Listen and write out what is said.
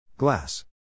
Glass